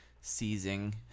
seizing